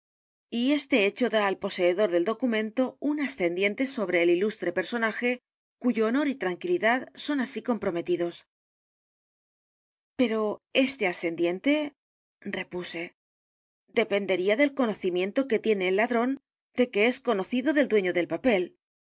y este hecho da al poseedor del documento un ascendiente sobre el ilustre personaje cuyo honor y tranquilidad son así comprometidos pero este ascendiente repuse dependería del conocimiento que tiene el ladrón de que es conocido del dueño del papel